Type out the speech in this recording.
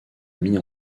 mis